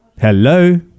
Hello